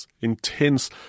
intense